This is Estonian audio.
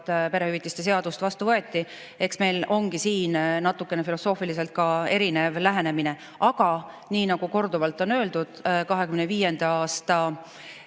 perehüvitiste seadust vastu võeti. Eks meil ongi siin filosoofiliselt natukene erinev lähenemine. Aga nii nagu korduvalt on öeldud, 2025. aasta